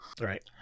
Right